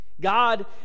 God